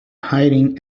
hiding